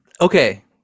okay